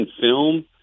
film